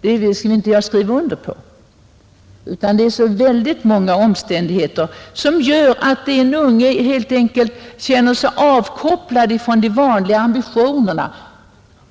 Det vill jag inte skriva under på. Väldigt många omständigheter gör att en unge helt enkelt känner sig avkopplad från de vanliga ambitionerna,